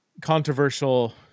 controversial